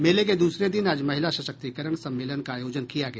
मेले के दूसरे दिन आज महिला सशक्तिकरण सम्मेलन का आयोजन किया गया